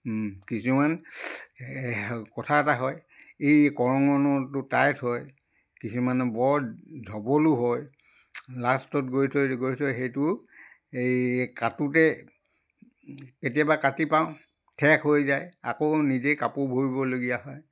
কিছুমান কথা এটা হয় এই কৰঙণৰটো টাইট হয় কিছুমানৰ বৰ ঢবলো হয় লাষ্টত গৈ থৈ গৈ থৈ সেইটো এই কাটোঁতে কেতিয়াবা কাটি পাওঁ ঠেক হৈ যায় আকৌ নিজেই কাপোৰ ভৰিবলগীয়া হয়